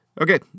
Okay